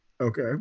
Okay